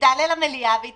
תעלה למליאה והיא